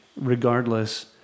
regardless